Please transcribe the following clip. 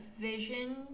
vision